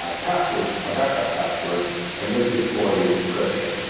um password a backup password and this is for the encryption